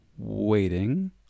waiting